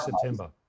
September